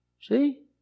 See